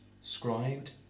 scribed